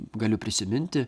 galiu prisiminti